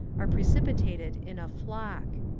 are precipitated in a flock.